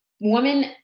woman